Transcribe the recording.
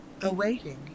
Awaiting